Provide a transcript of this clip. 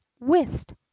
whist